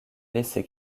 laissé